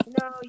no